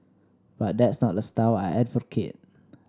but that's not a style I advocate